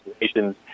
nations